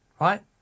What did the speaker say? right